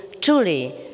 truly